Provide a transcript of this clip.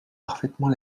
parfaitement